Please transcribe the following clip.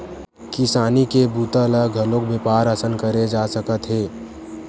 किसानी के बूता ल घलोक बेपार असन करे जा सकत हे